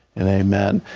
and amen.